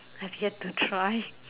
I've yet to try